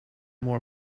more